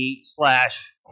slash